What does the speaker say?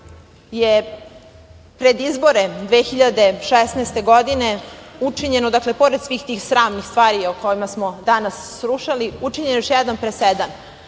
je pred izbore 2016. godine učinjeno, dakle, pored svih tih sramnih stvari o kojima smo danas slušali, učinjen još jedan presedan.